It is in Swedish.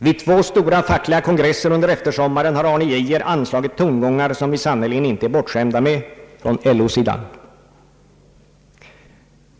Vid två stora fackliga kongresser under eftersommaren har Arne Geijer anslagit tongångar som vi sannerligen inte är bortskämda med från LO-sidan.